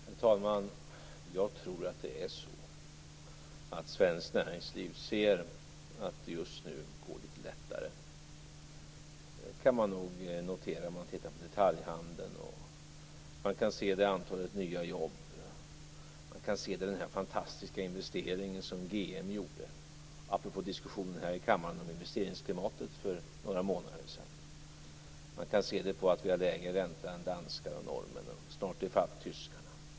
Herr talman! Jag tror att svenskt näringsliv ser att det just nu går litet lättare. Det kan man nog notera om man tittar på detaljhandeln, och man kan se det i antalet nya jobb. Man kan se det i den fantastiska investering som GM gjorde - apropå diskussionen om investeringsklimatet här i kammaren för några månader sedan. Man kan se det på att vi har lägre ränta än danskar och norrmän och att vi snart är ifatt tyskarna.